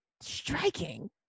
striking